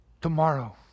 tomorrow